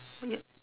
yep